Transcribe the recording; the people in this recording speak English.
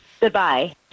Goodbye